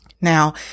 Now